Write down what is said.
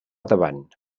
davant